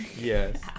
yes